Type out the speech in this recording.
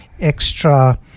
extra